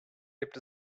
gibt